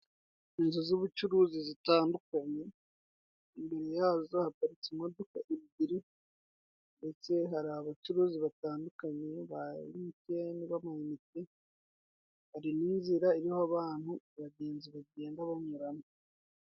Inzu z'ubucuruzi zitandukanye, imbere yazo haparitse imodoka ebyiri, ndetse hari abacuruzi batandukanye ba Emutiyeni b'amayinite. Hari n'inzira iriho abantu abagenzi bagenda banyuramo.